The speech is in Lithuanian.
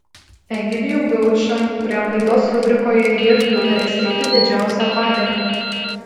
egidijų gaučą kuriam laidos rubrikoje ji ir nutarė skirti didžiausią padėką